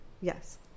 yes